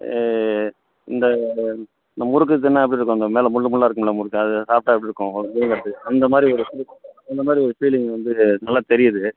இந்த ந முறுக்கு தின்னா எப்படி இருக்கும் அ மேலே முள்ளு முள்ளா இருக்கும்ல முறுக்கு அது சாப்பிட்டா எப்படி இருக்கும் அந்த மாதிரி ஒரு அந்த மாதிரி ஒரு ஃபீலிங் வந்து நல்லா தெரியுது